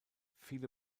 viele